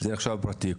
נחשב לפרטי.